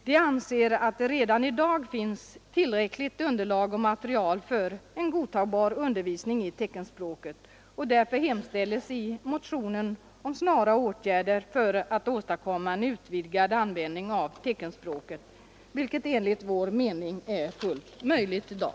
De anser att det redan i dag finns tillräckligt underlag och material för en godtagbar undervisning i teckenspråket. Därför hemställer vi i motionen om snara åtgärder för att åstadkomma en utvidgad användning av teckenspråket, vilket enligt vår mening är fullt möjligt i dag.